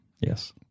Yes